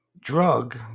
drug